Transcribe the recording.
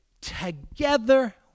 together